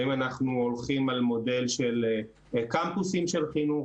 האם אנחנו הולכים על מודל של קמפוסים של חינוך,